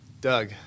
Doug